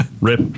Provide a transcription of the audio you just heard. rip